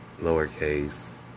lowercase